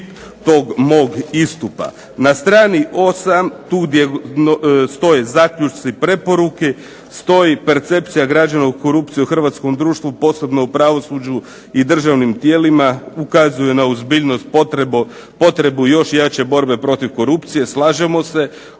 Na strani osam tu gdje stoje zaključci, preporuke stoji percepcija građana o korupciji u hrvatskom društvu posebno u pravosuđu i državnim tijelima. Ukazuju na ozbiljnost potrebe još jače borbe protiv korupcije, slažemo se,